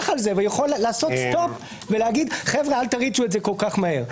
על זה ויכול לעשות סטופ ולומר: אל תריצו את זה כל כך מהר.